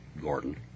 Gordon